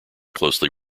closely